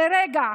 לרגע,